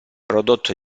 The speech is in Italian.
prodotto